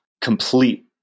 complete